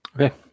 Okay